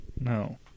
No